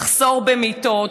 מחסור במיטות,